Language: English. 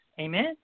Amen